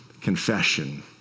confession